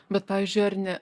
bet pavyzdžiui ar ne